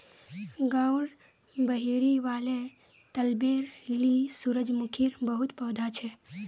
गांउर बहिरी वाले तलबेर ली सूरजमुखीर बहुत पौधा छ